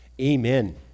Amen